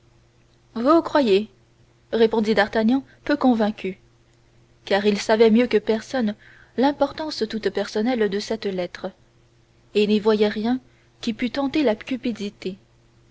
vous croyez répondit d'artagnan peu convaincu car il savait mieux que personne l'importance toute personnelle de cette lettre et n'y voyait rien qui pût tenter la cupidité